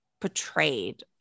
portrayed